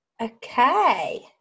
Okay